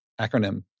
acronym